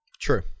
True